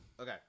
Okay